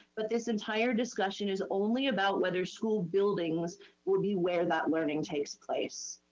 but this entire discussion is only about whether school buildings will be where that learning takes place.